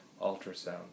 ultrasound